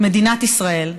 את מדינת ישראל,